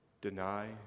deny